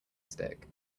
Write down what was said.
stick